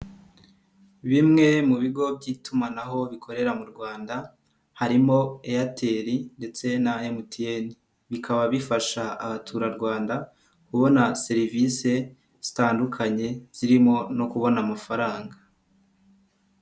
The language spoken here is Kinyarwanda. Bimwe mu bigo by'itumanaho bikorera mu Rwanda harimo Airtel ndetse na MTN bikaba bifasha abaturarwanda kubona serivisi zitandukanye zirimo no kubona amafaranga.